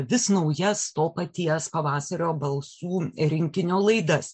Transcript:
vis naujas to paties pavasario balsų rinkinio laidas